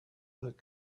that